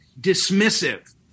dismissive